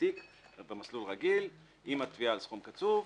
תיק במסלול רגיל עם התביעה על סכום קצוב.